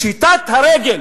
פשיטת הרגל